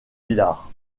villars